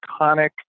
iconic